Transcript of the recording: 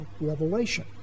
revelation